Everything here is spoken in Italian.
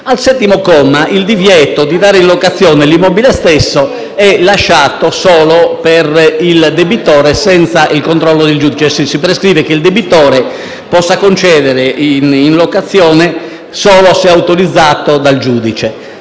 dell'immobile, il divieto di dare in locazione l'immobile stesso è lasciato solo per il debitore, ovvero si prescrive che il debitore possa concedere in locazione solo se autorizzato dal giudice.